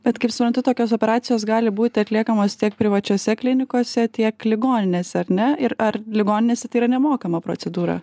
bet kaip suprantu tokios operacijos gali būti atliekamos tiek privačiose klinikose tiek ligoninėse ar ne ir ar ligoninėse tai yra nemokama procedūra